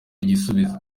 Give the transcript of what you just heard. igisubizo